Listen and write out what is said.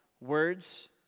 words